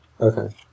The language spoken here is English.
Okay